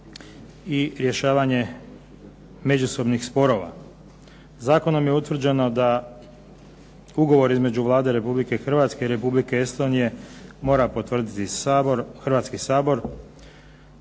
i rješavanje međusobnih sporova. Zakonom je utvrđeno da ugovor između Vlade Republike Hrvatske i Republike Estonije mora potvrditi Hrvatski sabor.